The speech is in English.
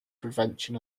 prevention